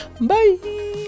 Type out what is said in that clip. bye